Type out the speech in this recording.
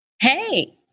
Hey